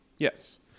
Yes